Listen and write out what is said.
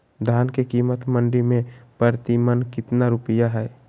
धान के कीमत मंडी में प्रति मन कितना रुपया हाय?